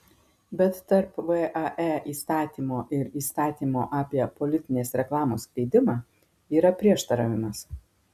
bet tarp vae įstatymo ir įstatymo apie politinės reklamos skleidimą yra prieštaravimas